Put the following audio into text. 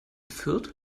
fürth